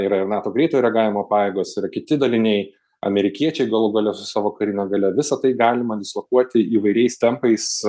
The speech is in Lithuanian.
yra ir nato greito reagavimo pajėgos yra kiti daliniai amerikiečiai galų gale su savo karine galia visa tai galima dislokuoti įvairiais tempais